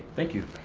thank you.